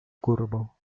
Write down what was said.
curvo